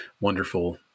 wonderful